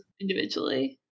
individually